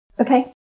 Okay